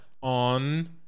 on